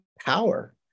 power